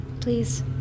Please